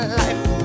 life